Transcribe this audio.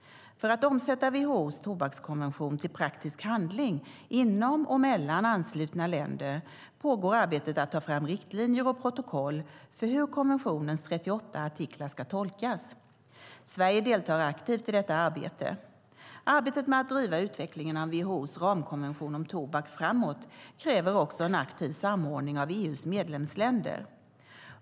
För att omsätta WHO:s tobakskonvention till praktisk handling inom och mellan anslutna länder pågår arbetet med att ta fram riktlinjer och protokoll för hur konventionens 38 artiklar ska tolkas. Sverige deltar aktivt i detta arbete. Arbetet med att driva utvecklingen av WHO:s ramkonvention om tobak framåt kräver också en aktiv samordning av EU:s medlemsländer.